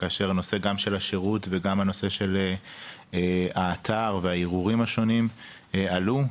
והנושא של השירות וגם האתר והערעורים השונים עלו.